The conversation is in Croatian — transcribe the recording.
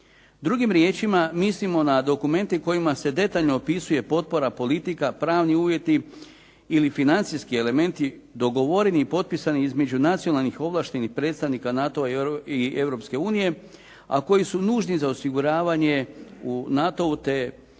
Drugim riječima mislimo na dokumente kojima se detaljno opisuje potpora, politika, pravni uvjeti ili financijski elementi dogovoreni i potpisani između nacionalnih ovlaštenih predstavnika NATO-a i Europske unije, a koji su nužni za osiguravanje u NATO-u, te